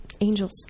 angels